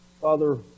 Father